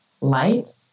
light